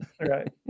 right